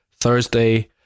Thursday